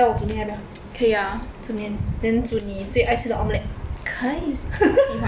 可以啊可以喜欢谢谢